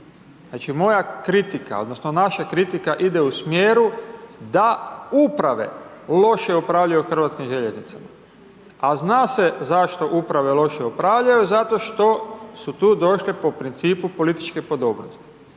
moja kritika, odnosno naša kritika ide u smjeru da uprave loše upravljaju HŽ-om. A zna se zašto uprave loše upravljaju, zato što su tu došle po principu političke podobnosti.